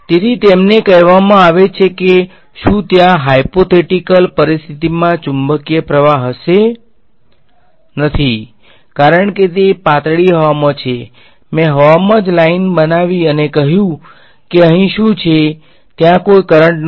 તેથી તેમને કહેવામાં આવે છે કે શુ ત્યાં હાઈપોથેટીકલનથી